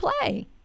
play